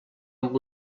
amb